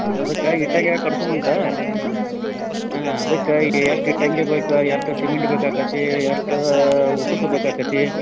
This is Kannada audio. ಹಾಂ ಅದಕ್ಕೆ ಇಟ್ಟಗಿಯಾಗೆ ಕಟ್ಸೋಣಂತ ಹಾಂ ಅದಕ್ಕೆ ಎಷ್ಟು ಇಟ್ಟಗಿ ಬೇಕು ಎಷ್ಟು ಸಿಮೆಂಟ್ ಬೇಕಾಕತಿ ಎಷ್ಟು ಉಸುಕು ಬೇಕಾಕತಿ